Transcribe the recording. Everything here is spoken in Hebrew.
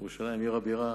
ירושלים, עיר הבירה,